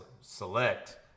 select